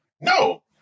No